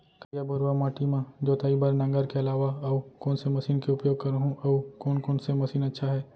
करिया, भुरवा माटी म जोताई बार नांगर के अलावा अऊ कोन से मशीन के उपयोग करहुं अऊ कोन कोन से मशीन अच्छा है?